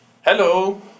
Hello